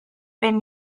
been